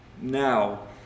now